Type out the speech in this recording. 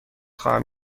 خواهم